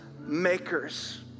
makers